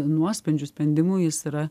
nuosprendžių sprendimų jis yra